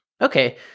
Okay